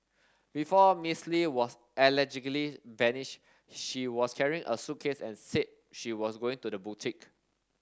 before Miss Li was allegedly vanished she was carrying a suitcase and said she was going to the boutique